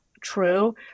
true